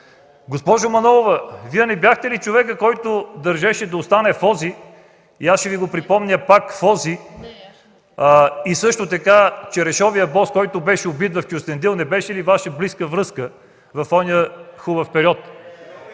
Госпожо Манолова, Вие не бяхте ли човекът, който държеше да остане Фози, и аз ще Ви го припомня пак Фози. Черешовият бос, който беше убит в Кюстендил, не беше ли Ваша близка връзка в онзи хубав период?